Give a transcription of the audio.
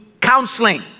counseling